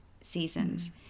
seasons